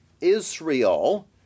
Israel